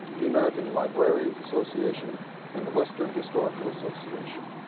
the american librarian's association and the western historical association.